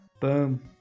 boom